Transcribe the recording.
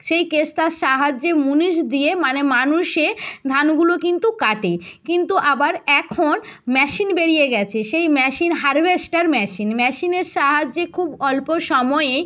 সেই কাস্তের সাহায্যে মুনিশ দিয়ে মানে মানুষে ধানগুলো কিন্তু কাটে কিন্তু আবার এখন মেশিন বেরিয়ে গিয়েছে সেই মেশিন হার্ভেস্টার মেশিন মেশিনের সাহায্যে খুব অল্প সময়ে